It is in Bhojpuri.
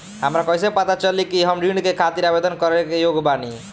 हमरा कइसे पता चली कि हम ऋण के खातिर आवेदन करे के योग्य बानी?